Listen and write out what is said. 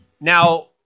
Now